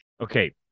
Okay